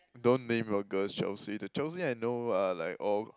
don't name your girls Chelsea the Chelsea I know are like all